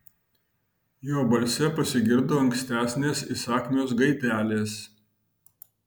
jo balse pasigirdo ankstesnės įsakmios gaidelės